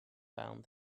found